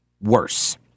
worse